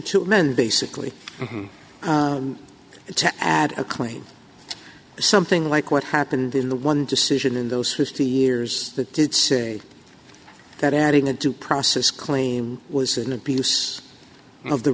to amend basically to add a claim something like what happened in the one decision in those fifty years that did say that adding the due process claim was an abuse of the